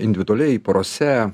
individualiai porose